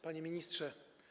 Panie Ministrze!